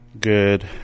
good